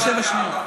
27 שניות.